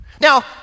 Now